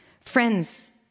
friends